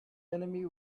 enemy